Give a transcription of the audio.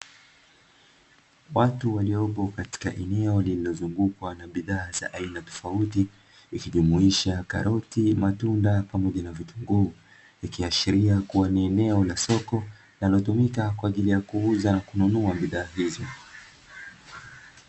Watu waliopo katika eneo lililozungukwa na bidhaa za aina tofautitofauti ikijumuisha karoti, matunda pamoja na vitunguu, ikiashiria kuwa ni eneo la soko linalotumika kwa ajili ya kuuza na kununua bidhaa hizo.